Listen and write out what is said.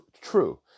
true